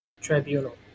Tribunal